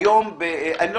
אבל גם איגוד לשכות המסחר.